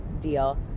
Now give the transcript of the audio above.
deal